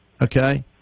Okay